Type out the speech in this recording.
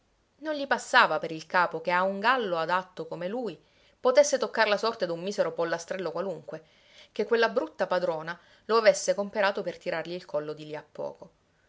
non gli passava per il capo che a un gallo adatto come lui potesse toccar la sorte d'un misero pollastrello qualunque che quella brutta padrona lo avesse comperato per tirargli il collo di lì a poco